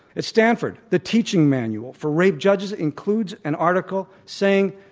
at stanford, the teaching manual for rape judges includes an article saying